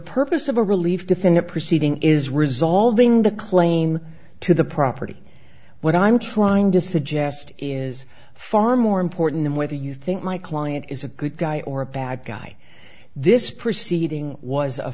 purpose of a relief defendant proceeding is resulting in the claim to the property what i'm trying to suggest is far more important than whether you think my client is a good guy or a bad guy this proceeding was a